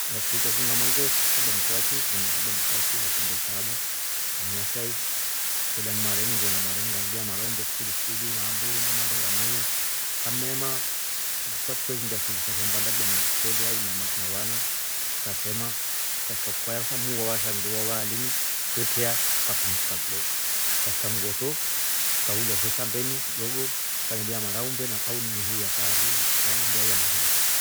Ngashe ukya kang'ama nganekaba mswaki, ngamekaba mswaki nkasambia chamu nganywa shai kolya ni mareni ngane vyaa mara aa umbe spidi spidi na amburu na mando ngamanya ngame maa ndo tweingia shughuli sa shambani labda na mfele au na vana tukatrema tukashika kwaya sa muu wavaa shandu wavaa linu twetiyaa tukapumsika kdoko. kukashika nngoto tukaulya se shambeni kidogo tukanevyaa mara aa umbe au ine heiyaa saari ya umbe au ya nguruwe.